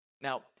Now